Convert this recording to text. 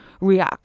react